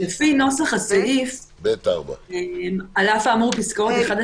לפי נוסח הסעיף, על אף האמור בפסקאות 3-1,